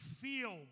feel